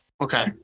Okay